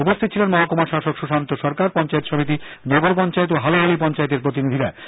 উপস্থিত ছিলেন মহকুমা শাসক সুশান্ত সরকার পঞ্চায়েত সমিতি নগর পঞ্চায়েত ও হালহালি পঞ্চায়েতের প্রতিনিধিবন্দ